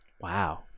Wow